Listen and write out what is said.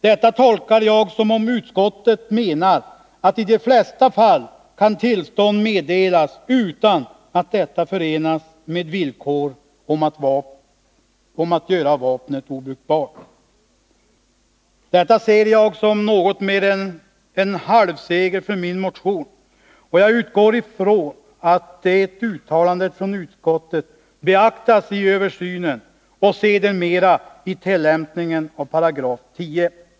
Detta tolkar jag som att utskottet menar att tillstånd kan meddelas i de flesta fall utan att detta förenas med villkor om att göra vapnet obrukbart. Detta ser jag som något mer än en halv seger för min motion, och jag utgår ifrån att det uttalandet från utskottet beaktas i översynen och sedermera i tillämpningen av 10 §.